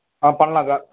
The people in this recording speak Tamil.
ஆ பண்ணலாம் சார்